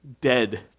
dead